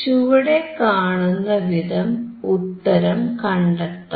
ചുവടെ കാണുന്ന വിധം ഉത്തരം കണ്ടെത്താം